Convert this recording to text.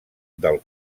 del